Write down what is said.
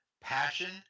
Passion